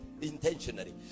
Intentionally